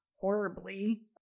horribly